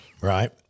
right